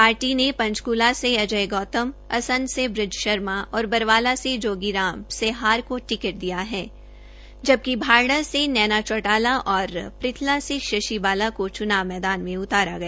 party ने पंचकूला से अजय गौतम असंध से बूज शर्मा और बरवाला से जोगी राम सेहार को टिकट दिया है जबकि बाढ़डा से नैना चौटाला और पृथला से शशि बाला को चुनाव मैदान में उताराहै